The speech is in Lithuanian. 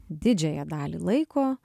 didžiąją dalį laiko